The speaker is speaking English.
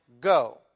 go